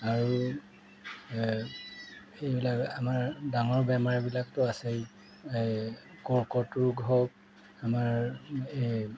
আৰু এইবিলাক আমাৰ ডাঙৰ বেমাৰবিলাকতো আছেই এই কৰ্কট ৰোগ হওক আমাৰ এই